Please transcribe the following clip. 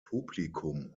publikum